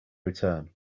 return